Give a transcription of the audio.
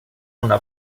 una